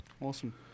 Awesome